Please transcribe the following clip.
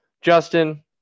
Justin